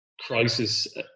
crisis